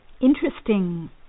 interesting